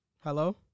Hello